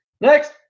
Next